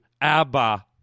ABBA